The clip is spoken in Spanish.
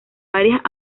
varias